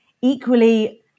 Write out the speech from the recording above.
Equally